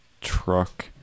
truck